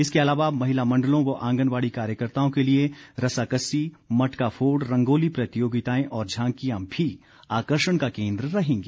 इसके अलावा महिला मण्डलों व आंगनबाड़ी कार्यकर्ताओं के लिए रस्साकस्सी मटकाफोड़ रंगोली प्रतियोगिताएं और झांकियां भी आकर्षण का केन्द्र रहेंगी